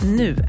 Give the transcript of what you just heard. nu